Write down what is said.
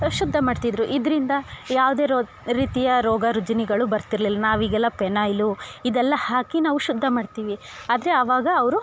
ಶುದ್ದ ಮಾಡ್ತಿದ್ರು ಇದರಿಂದ ಯಾವುದೇ ರೋ ರೀತಿಯ ರೋಗ ರುಜಿನಗಳು ಬರ್ತಿರಲಿಲ್ಲ ನಾವು ಈಗೆಲ್ಲ ಪೆನಾಯ್ಲು ಇದೆಲ್ಲ ಹಾಕಿ ನಾವು ಶುದ್ದ ಮಾಡ್ತೀವಿ ಆದರೆ ಅವಾಗ ಅವರು